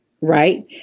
Right